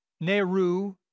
Nehru